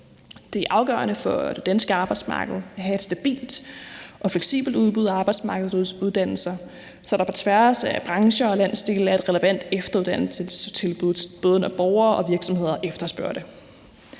Det er afgørende for det danske arbejdsmarked at have et stabilt og fleksibelt udbud af arbejdsmarkedsuddannelser, så der på tværs af brancher og landsdele er et relevant efteruddannelsestilbud, både når borgere og virksomheder efterspørger det.